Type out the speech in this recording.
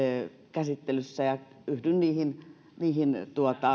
käsittelyssä ja yhdyn niihin